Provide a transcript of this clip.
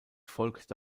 folgte